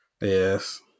Yes